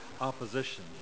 opposition